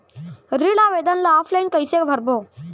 ऋण आवेदन ल ऑफलाइन कइसे भरबो?